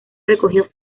recogió